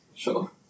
Sure